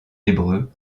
hébreu